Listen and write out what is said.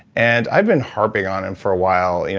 and i've been harping on him for a while.